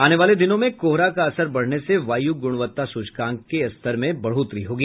आये वाले दिनों में कोहरा का असर बढ़ने से वायु गुणवत्ता सूचकांक के स्तर में बढोतरी होगी